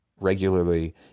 regularly